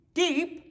deep